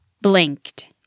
blinked